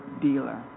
dealer